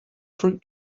fruit